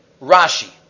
Rashi